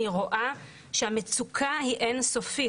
אני רואה שהמצוקה היא אין-סופית.